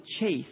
chase